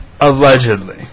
Allegedly